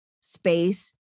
space